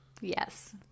Yes